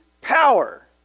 power